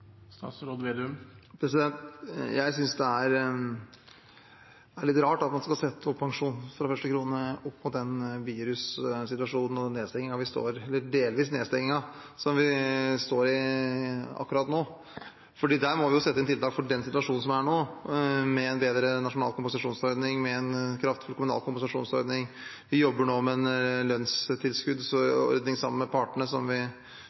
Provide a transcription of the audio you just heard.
opp mot den virussituasjonen og den delvise nedstengingen som vi står i akkurat nå. Der må vi sette inn tiltak for den situasjonen som er nå, med en bedre nasjonal kompensasjonsordning og en kraftfull kommunal kompensasjonsordning. Vi jobber nå med en lønnstilskuddsordning sammen med partene, som vi